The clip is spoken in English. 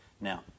Now